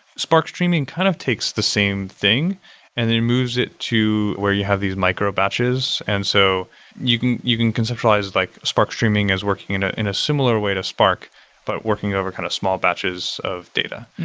spark streaming kind of takes the same thing and then moves it to where you have these micro-batches, and so you can you can conceptualize like spark streaming as working in ah in a similar way to spark, but working it over kind of small batches of data.